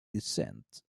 descent